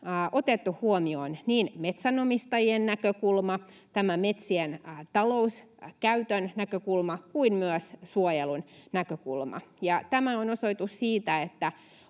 otettu huomioon niin metsänomistajien näkökulma, metsien talouskäytön näkökulma kuin myös suojelun näkökulma. Tämä on osoitus siitä, että